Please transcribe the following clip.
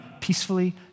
peacefully